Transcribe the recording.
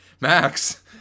Max